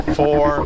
four